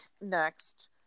next